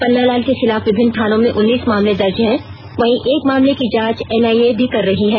पन्ना लाल के खिलाफ विभिन्न थानों में उन्नीस मामले दर्ज हैं वहीं एक मामले की जांच एनआईए भी कर रही है